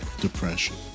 depression